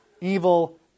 evil